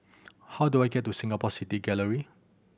how do I get to Singapore City Gallery